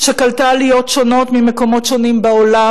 שקלטה עליות שונות ממקומות שונים בעולם